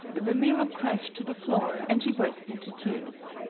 the mirror crashed to the floor, and she burst into tears.